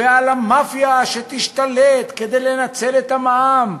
ועל המאפיה שתשתלט כדי לנצל את המע"מ,